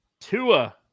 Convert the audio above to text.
Tua